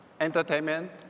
entertainment